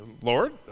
Lord